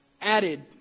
added